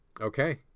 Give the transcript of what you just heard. okay